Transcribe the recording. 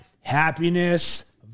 happiness